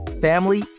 family